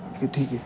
okay ठीक आहे